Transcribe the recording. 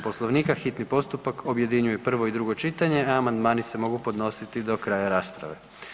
Poslovnika hitni postupak objedinjuje prvo i drugo čitanje, a amandmani se mogu podnositi do kraja rasprave.